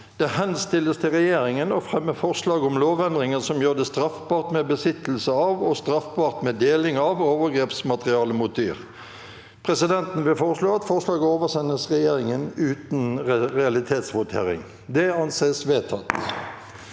«Det henstilles til regjeringen å fremme forslag om lovendringer som gjør det straffbart med besittelse av og straffbart med deling av overgrepsmateriale mot dyr.» Presidenten foreslår at forslaget oversendes regjeringen uten realitetsvotering. – Det anses vedtatt.